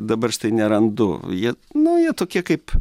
dabar štai nerandu jie nu jie tokie kaip